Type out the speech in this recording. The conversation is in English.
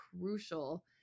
crucial